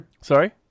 Sorry